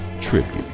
tribute